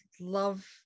love